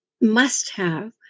must-have